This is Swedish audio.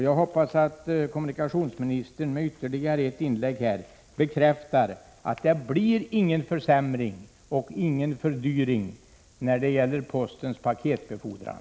Jag hoppas att kommunikationsministern i ett ytterligare inlägg bekräftar att det inte blir någon försämring och fördyring när det gäller postens paketbefordran.